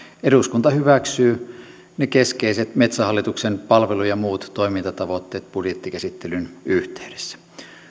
eduskunta hyväksyy ne keskeiset metsähallituksen palvelu ja muut toimintatavoitteet budjettikäsittelyn yhteydessä